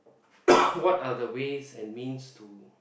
what are the ways and means to